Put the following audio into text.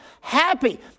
Happy